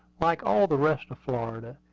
like all the rest of florida,